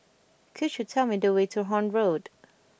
could you tell me the way to Horne Road